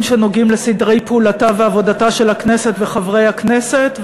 שנוגעים לסדרי פעולתה ועבודתה של הכנסת וחברי הכנסת,